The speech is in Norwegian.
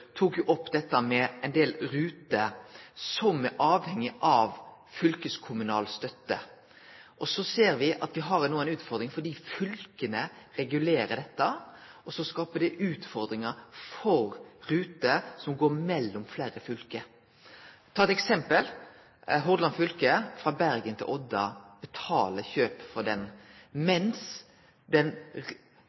tok opp dette med ein del ruter som er avhengige av fylkeskommunal støtte. Så ser me at det no, fordi fylka regulerer dette, skapar utfordringar for ruter som går mellom fleire fylke. Eg kan ta eit eksempel: Hordaland fylke betaler ruta frå Bergen til Odda, mens den nasjonale ruta frå Oslo til Bergen kunne teke nokre av oppgåvene. Tenkjer statsråden på å sjå på den